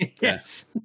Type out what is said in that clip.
Yes